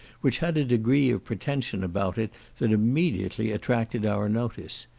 which had a degree of pretension about it that immediately attracted our notice.